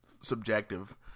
subjective